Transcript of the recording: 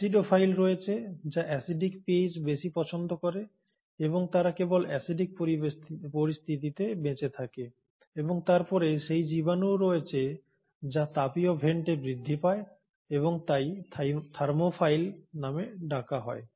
acidophile রয়েছে যা acidic pH বেশি পছন্দ করে এবং তারা কেবল অ্যাসিডিক পরিস্থিতিতে বেঁচে থাকে এবং তারপরে সেই জীবাণুও রয়েছে যা তাপীয় ভেন্টে বৃদ্ধি পায় এবং তাই থার্মোফাইল নামে ডাকা হয়